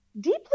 deeply